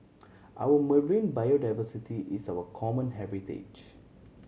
our marine biodiversity is our common heritage